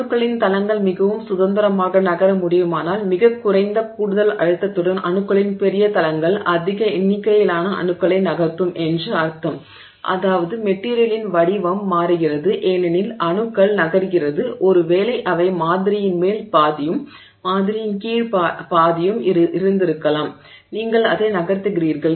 அணுக்களின் தளங்கள் மிகவும் சுதந்திரமாக நகர முடியுமானால் மிகக் குறைந்த கூடுதல் அழுத்தத்துடன் அணுக்களின் பெரிய தளங்கள் அதிக எண்ணிக்கையிலான அணுக்களை நகர்த்தும் என்று அர்த்தம் அதாவது மெட்டிரியலின் வடிவம் மாறுகிறது ஏனெனில் அணுக்கள் நகர்கிறது ஒருவேளை அவை மாதிரியின் மேல் பாதியும் மாதிரியின் கீழ் பாதியும் இருந்திருக்கலாம் நீங்கள் அதை நகர்த்துகிறீர்கள்